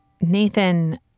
Nathan